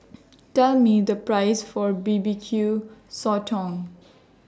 Tell Me The Price For B B Q Sotong